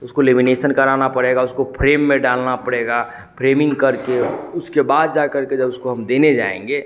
उसको लेमिनेसन कराना पड़ेगा उसको फ्रेम में डालना पड़ेगा फ्रेमिंग करके उसके बाद जाकर के जब उसको हम देने जाएँगे